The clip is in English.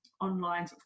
online